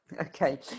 okay